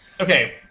Okay